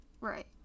right